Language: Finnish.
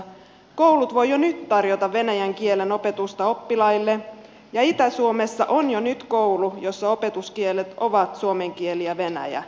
koulut voivat jo nyt tarjota venäjän kielen opetusta oppilaille ja itä suomessa on jo nyt koulu jossa opetuskielet ovat suomen kieli ja venäjä